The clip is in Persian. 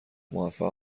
موفق